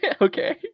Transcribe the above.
Okay